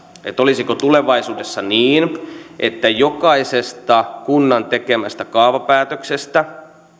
olisiko tulevaisuudessa niin että jokaisesta kunnan tekemästä kaavapäätöksestä